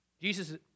Jesus